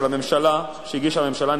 שהגישה הממשלה,